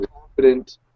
confident